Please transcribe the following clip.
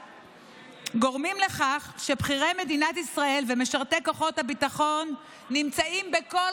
גורמות לכך שבכירי מדינת ישראל ומשרתי כוחות הביטחון נמצאים בכל